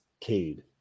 Cade